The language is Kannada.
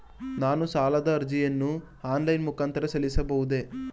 ನಾನು ಸಾಲದ ಅರ್ಜಿಯನ್ನು ಆನ್ಲೈನ್ ಮುಖಾಂತರ ಸಲ್ಲಿಸಬಹುದೇ?